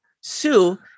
Sue